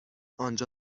آنجا